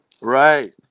right